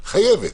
חייבת.